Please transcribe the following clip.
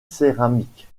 céramique